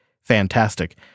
fantastic